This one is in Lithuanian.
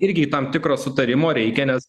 irgi tam tikro sutarimo reikia nes